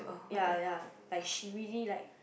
ya ya like she really like